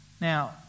Now